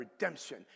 redemption